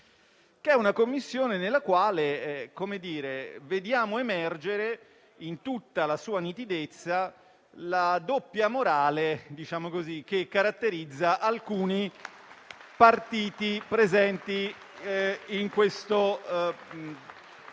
e alla violenza, nella quale vediamo emergere, in tutta la sua nitidezza, la doppia morale che caratterizza alcuni partiti presenti in questo augusto